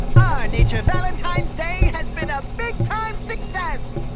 our nature valentine's day has been a big time success!